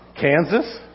Kansas